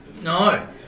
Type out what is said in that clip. No